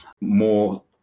More